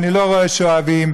אני לא רואה שאוהבים,